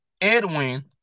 Edwin